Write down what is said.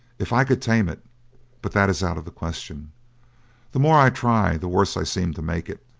if i could tame it but that is out of the question the more i try the worse i seem to make it.